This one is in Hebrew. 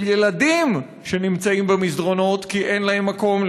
של ילדים שנמצאים במסדרונות כי אין להם מקום.